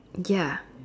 ya